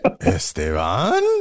Esteban